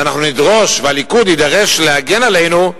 והליכוד יידרש להגן עלינו,